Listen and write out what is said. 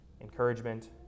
encouragement